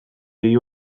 begi